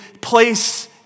place